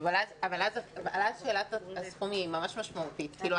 אבל אז שאלת הסכום משמעותית מאוד.